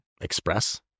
express